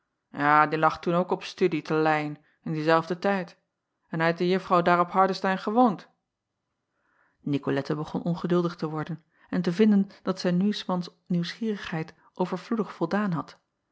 die lag toen ook op studie te eyen in dienzelfden tijd en heit de uffrouw daar op ardestein gewoond icolette begon ongeduldig te worden en te vinden dat zij nu s mans nieuwsgierigheid overvloedig voldaan had